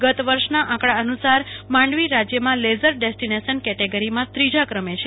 ગત વર્ષના આંકડા અનુસાર માંડવી રાજ્યમાં લેઝર ડેસ્ટિનેશન કેટેગરીમાં ત્રીજા ક્રમે છે